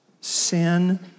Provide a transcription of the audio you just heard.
sin